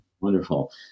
wonderful